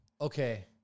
Okay